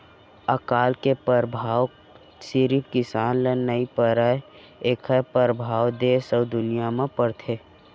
अकाल के परभाव सिरिफ किसान ल नइ परय एखर परभाव देस अउ दुनिया म परथे